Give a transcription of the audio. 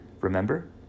remember